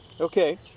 Okay